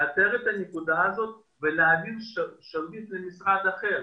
לאתר את הנקודה הזאת ולהעביר את השרביט למשרד אחר,